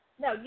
No